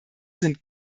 sind